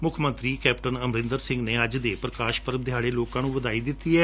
ਸੁੱਖ ਮੰਤਰੀ ਕੈਪਟਨ ਅਮਰਿੰਦਰ ਸਿੰਘ ਨੇ ਅੱਜ ਦੇ ਪ੍ਰਕਾਸ਼ ਪਰਬ ਦਿਹਾੜੇ ਲੋਕਾਂ ਨੂੰ ਵਧਾਈ ਦਿੱਤੀ ਹੈ